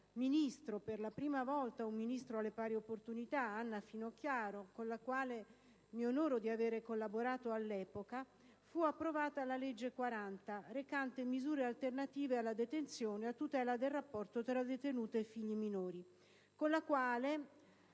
iniziativa dell'allora Ministro per le pari opportunità Anna Finocchiaro, con la quale mi onoro di aver collaborato all'epoca - fu approvata la legge n. 40 recante misure alternative alla detenzione a tutela del rapporto tra detenute e figli minori. La cosiddetta